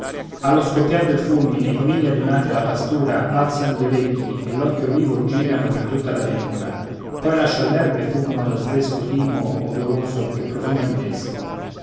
allo scoppiar del fulmine i conigli adunati alla pastura alzan gli orecchi e l'occhio vivo girano per tutta la pianura poi lascian l'erba e fuggono dal fresco timo odoroso che profuma il desco